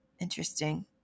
Interesting